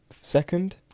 Second